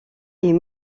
est